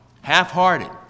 half-hearted